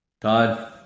Todd